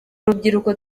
urubyiruko